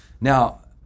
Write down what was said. Now